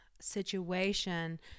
situation